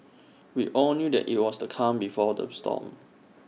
we all knew that IT was the calm before the storm